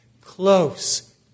close